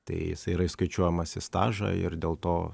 tai yra įskaičiuojamas į stažą ir dėl to